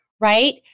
right